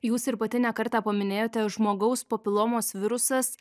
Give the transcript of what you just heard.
jūs ir pati ne kartą paminėjote žmogaus papilomos virusas